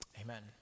Amen